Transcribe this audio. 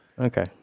Okay